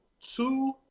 two